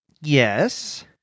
Yes